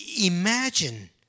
imagine